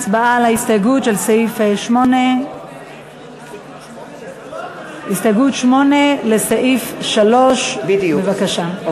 הצבעה על ההסתייגות לסעיף 8. הסתייגות 8 לסעיף 3. בבקשה.